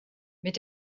mit